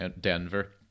Denver